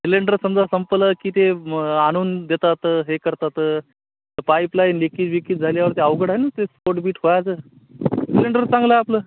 cylinder समजा संपलं की ते मग आणून देतात हे करतात तर पाईपलाईन लिकीज विकीज झाल्यावरती अवघड आहे ना ते स्फोट बीट व्हायचं सिलेंडर चांगलं आहे आपलं